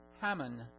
Hammond